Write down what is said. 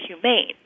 humane